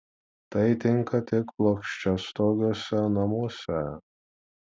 tai tinka tik plokščiastogiuose namuose